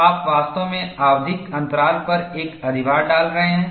तो आप वास्तव में आवधिक अंतराल पर एक अधिभार डाल रहे हैं